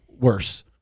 worse